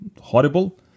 horrible